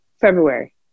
February